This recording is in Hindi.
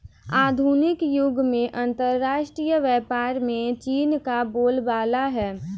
आधुनिक युग में अंतरराष्ट्रीय व्यापार में चीन का बोलबाला है